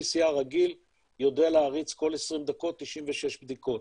PCR רגיל יודע להריץ כל 20 דקות 96 בדיקות.